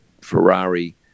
ferrari